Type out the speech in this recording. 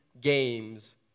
games